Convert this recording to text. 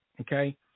Okay